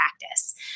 practice